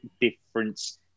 difference